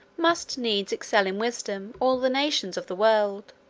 must needs excel in wisdom all the nations of the world.